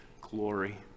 glory